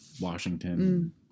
Washington